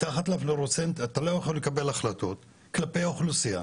מתחת לפלואורוסנט אתה לא יכול לקבל החלטות כלפי האוכלוסייה